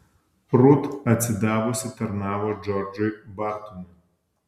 rut atsidavusi tarnavo džordžui bartonui